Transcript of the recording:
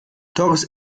teures